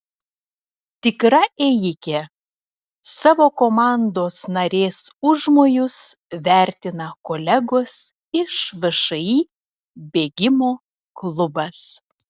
tikra ėjikė savo komandos narės užmojus vertina kolegos iš všį bėgimo klubas